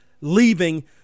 leaving